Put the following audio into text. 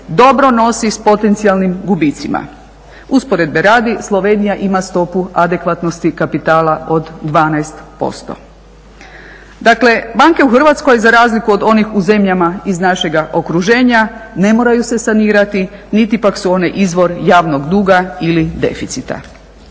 dobro nosi s potencijalnim gubitcima. Usporedbe radi, Slovenija ima stopu adekvatnosti kapitala od 12%. Dakle, banke u Hrvatskoj za razliku od onih u zemljama iz našega okruženja ne moraju se sanirati niti pak su one izvor javnog duga ili deficita.